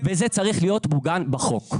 וזה צריך להיות מוגן בחוק.